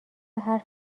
حرف